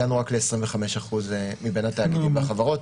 הגענו רק ל-25% מבין התאגידים והחברות,